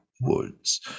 Woods